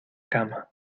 cama